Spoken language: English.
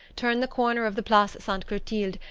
turned the corner of the place sainte clotilde,